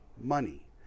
money